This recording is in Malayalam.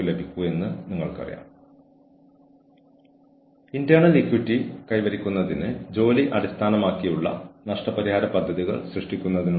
ഹ്യൂമൻ റിസോഴ്സ് ഉദ്യോഗസ്ഥർ എന്ന നിലയിൽ നമ്മളുടെ ജോലി ആളുകളെ അവർ ചെയ്യുന്നതിൽ നിന്ന് തടയുക എന്നതല്ല